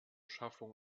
schaffung